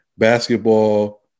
basketball